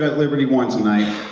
but liberty won tonight.